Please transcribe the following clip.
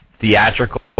theatrical